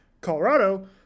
Colorado